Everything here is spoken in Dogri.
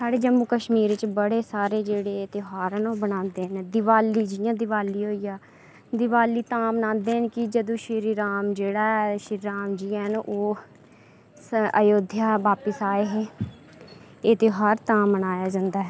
साढ़े जम्मू कश्मीर च बड़े सारे जेह्ड़े ध्यार ना ओह् मनांदे न दीवाली जि'यां दीवाली होइया दीवाली तां मनांदे न कि जदूं श्री राम जी जेह्ड़ा श्रीराम जी हैन ओह् अयोध्या वापस आए हे एह् ध्यार तां मनाया जंदा ऐ